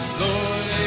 Lord